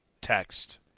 text